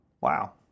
wow